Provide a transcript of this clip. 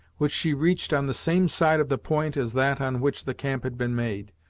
which she reached on the same side of the point as that on which the camp had been made.